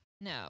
No